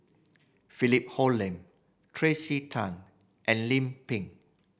Philip Hoalim Tracey Tan and Lim Pin